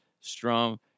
strum